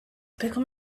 become